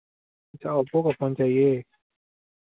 अच्छा ओपो का फोन चाहिए